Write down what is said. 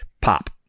pop